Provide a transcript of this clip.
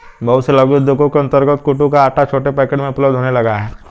बहुत से लघु उद्योगों के अंतर्गत कूटू का आटा छोटे पैकेट में उपलब्ध होने लगा है